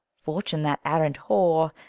fortune, that arrant whore,